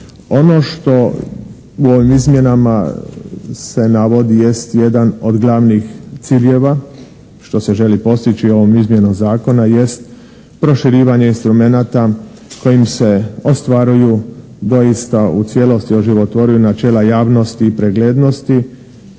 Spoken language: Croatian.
Ono što u ovim izmjenama se navodi jest jedan od glavnih ciljeva što se želi postići ovom izmjenom zakona jest proširivanje instrumenata kojim se ostvaruju doista u cijelosti oživotvoruju načela javnosti i preglednosti